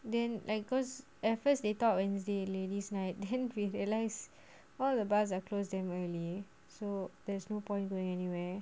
then like cause at first they thought wednesday ladies' night then we realise all the bars are close damn early so there's no point going anywhere